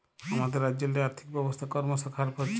আমাদের রাজ্যেল্লে আথ্থিক ব্যবস্থা করমশ খারাপ হছে